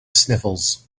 sniffles